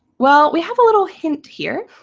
well, we have a little hint here,